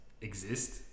exist